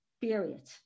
Period